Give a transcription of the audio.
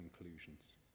conclusions